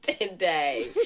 today